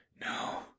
No